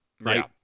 right